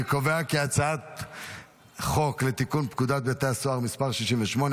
אני קובע כי הצעת חוק לתיקון פקודת בתי הסוהר (מס' 68),